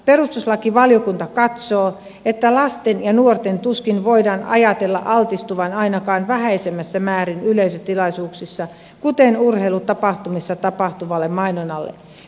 perustuslakivaliokunta katsoo että lasten ja nuorten tuskin voidaan ajatella altistuvan ainakaan vähäisemmässä määrin yleisötilaisuuksissa kuten urheilutapahtumissa tapahtuvalle mainonnalle